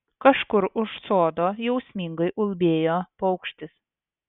kažkur už sodo jausmingai ulbėjo paukštis